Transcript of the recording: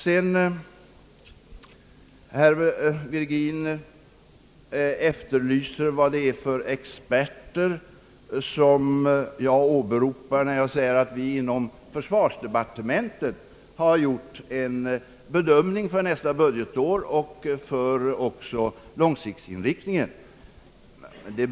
Herr Virgin efterlyser vilka experter det är som jag åberopar när jag säger att vi inom försvarsdepartementet har gjort en bedömning för nästa budgetår och även en långsiktigt inriktad bedömning.